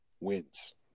wins